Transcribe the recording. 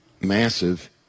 massive